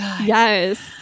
yes